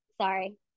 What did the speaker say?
Sorry